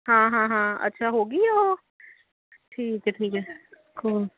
ਹਾਂ ਹਾਂ ਹਾਂ ਅੱਛਾ ਹੋ ਗਈ ਆ ਉਹ ਠੀਕ ਹੈ ਠੀਕ ਹੈ